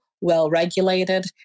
well-regulated